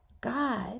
God